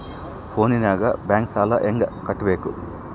ಫೋನಿನಾಗ ಬ್ಯಾಂಕ್ ಸಾಲ ಹೆಂಗ ಕಟ್ಟಬೇಕು?